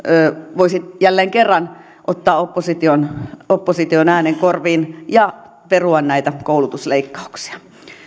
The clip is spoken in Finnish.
voisi jälleen kerran ottaa opposition opposition äänen korviin ja perua näitä koulutusleikkauksia